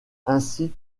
ainsi